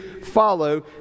follow